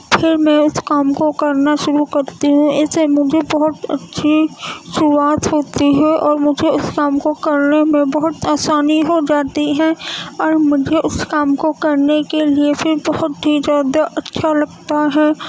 پھر میں اس کام کو کرنا شروع کرتی ہوں اس سے مجھے بہت اچھی شروعات ہوتی ہے اور مجھے اس کام کو کرنے میں بہت آسانی ہو جاتی ہے اور مجھے اس کام کو کرنے کے لیے پھر بہت ہی زیادہ اچھا لگتا ہے